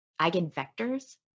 eigenvectors